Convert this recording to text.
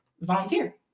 volunteer